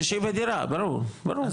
שהיא בדירה, ברור, ברור.